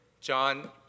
john